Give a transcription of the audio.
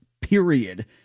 period